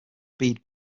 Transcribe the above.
bead